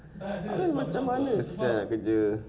abeh macam mana sia kerja